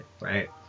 right